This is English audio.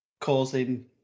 causing